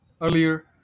earlier